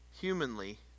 humanly